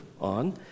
on